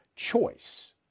choice